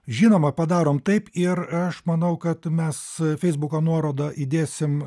žinoma padarom taip ir aš manau kad mes feisbuko nuorodą įdėsim